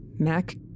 Mac